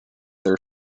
their